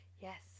Yes